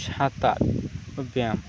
সাঁতার ও ব্যায়াম